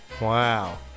Wow